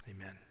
Amen